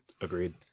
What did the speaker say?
agreed